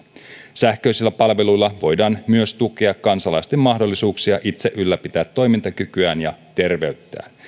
sähköisillä palveluilla voidaan myös tukea kansalaisten mahdollisuuksia itse ylläpitää toimintakykyään ja terveyttään